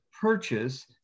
purchase